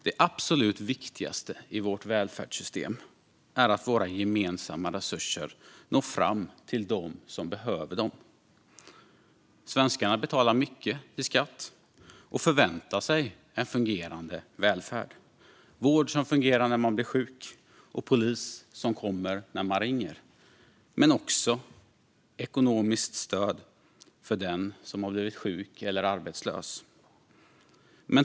Det absolut viktigaste i vårt välfärdssystem är att våra gemensamma resurser når fram till dem som behöver dem. Svenskarna betalar mycket i skatt och förväntar sig en välfungerande välfärd. De förväntar sig vård som fungerar när man blir sjuk och polis som kommer när man ringer. De förväntar sig också ekonomiskt stöd för den som har blivit sjuk eller arbetslös.